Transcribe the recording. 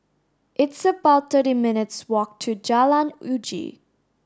it's about thirty minutes' walk to Jalan Uji